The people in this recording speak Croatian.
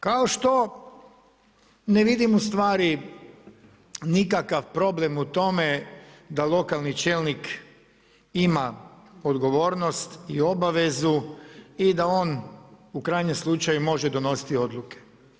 Kao što ne vidim u stvari nikakav problem u tome da lokalni čelnik ima odgovornost i obavezu i da on u krajnjem slučaju može donositi odluke.